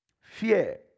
Fear